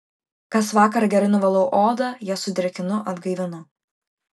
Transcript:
kas vakarą gerai nuvalau odą ją sudrėkinu atgaivinu